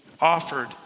offered